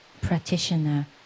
practitioner